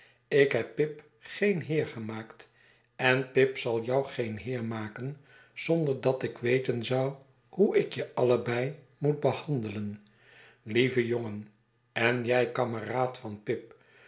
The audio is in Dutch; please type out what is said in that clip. ik heb pip geen heer gemaakt en pip zal jou geen heer maken zonder dat ik weten zou hoe ik je allebei moet behandelen lieve jongen en jy kameraad van pip